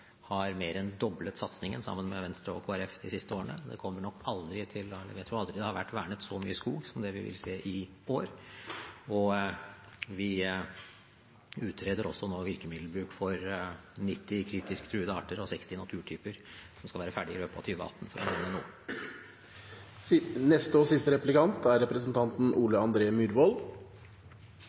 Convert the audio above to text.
har mer enn doblet satsingen, sammen med Venstre og Kristelig Folkeparti, de siste årene. Jeg tror aldri det har vært vernet så mye skog som det vi vil se i år. Vi utreder nå også virkemiddelbruk for 90 kritisk truede arter og 60 naturtyper, som skal være ferdig i løpet av